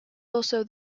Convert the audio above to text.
also